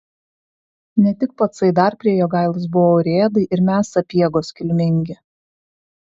ne tik pacai dar prie jogailos buvo urėdai ir mes sapiegos kilmingi